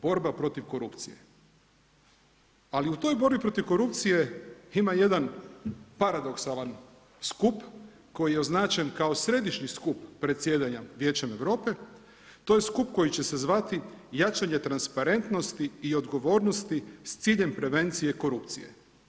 Borba protiv korupcije, ali u toj borbi protiv korupcije ima jedan paradoksalan skup koji je označen kao središnji skup predsjedanja Vijećem Europe, to je skup koji će se zvati Jačanje transparentnosti i odgovornosti s ciljem prevencije korupcije.